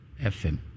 fm